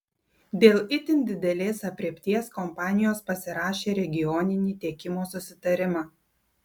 dėl itin didelės aprėpties kompanijos pasirašė regioninį tiekimo susitarimą